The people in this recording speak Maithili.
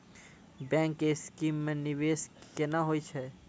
बैंक के स्कीम मे निवेश केना होय छै?